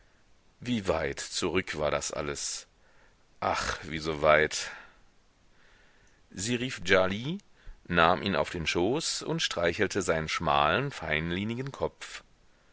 wie weit zurück war das alles ach wie so weit sie rief djali nahm ihn auf den schoß und streichelte seinen schmalen feinlinigen kopf